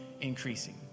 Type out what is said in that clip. increasing